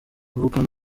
avukana